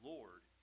Lord